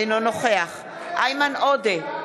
אינו נוכח איימן עודה,